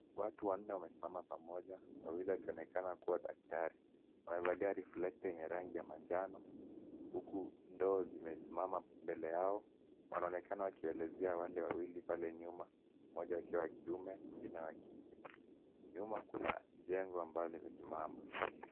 Watu wanne wamesimama pamoja, wawili wakionekana kuwa daktari. Wamevalia reflector yenye rangi ya manjano, huku ndoo zimesimama mbele yao. Wanaonekana wakiwaelezea wale wawili pale nyuma, mmoja akiwa wa kiume mwingine akiwa wa kike. Nyuma kuna jengo ambalo limesimama.